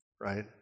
right